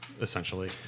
essentially